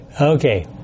Okay